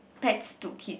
pets to kid